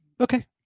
okay